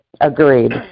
Agreed